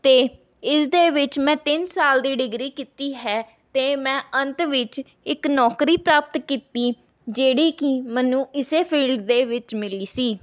ਅਤੇ ਇਸ ਦੇ ਵਿੱਚ ਮੈਂ ਤਿੰਨ ਸਾਲ ਦੀ ਡਿਗਰੀ ਕੀਤੀ ਹੈ ਅਤੇ ਮੈਂ ਅੰਤ ਵਿੱਚ ਇੱਕ ਨੌਕਰੀ ਪ੍ਰਾਪਤ ਕੀਤੀ ਜਿਹੜੀ ਕਿ ਮੈਨੂੰ ਇਸੇ ਫ਼ੀਲਡ ਦੇ ਵਿੱਚ ਮਿਲੀ ਸੀ